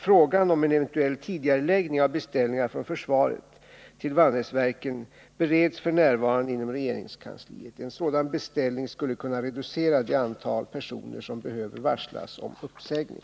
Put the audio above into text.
Frågan om en eventuell tidigareläggning av beställningar från försvaret till Vanäsverken bereds f.n. inom regeringskansliet. En sådan beställning skulle kunna reducera det antal personer som behöver varslas om uppsägning.